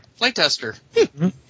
Playtester